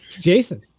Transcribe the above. Jason